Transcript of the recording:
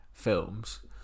films